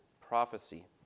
prophecy